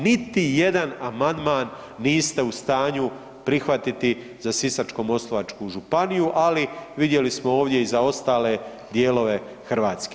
Niti jedan amandman niste u stanju prihvatiti za Sisačko-moslavačku županiju, ali vidjeli smo ovdje i za ostale dijelove Hrvatske.